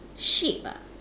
sheep ah